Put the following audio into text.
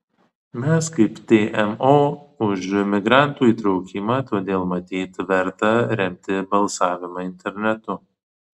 mes kaip tmo už migrantų įtraukimą todėl matyt verta remti balsavimą internetu